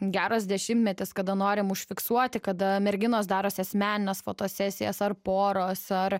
geras dešimtmetis kada norim užfiksuoti kada merginos darosi asmenines fotosesijas ar poros ar